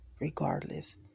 regardless